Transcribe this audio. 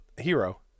hero